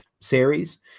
series